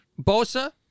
Bosa